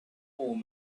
old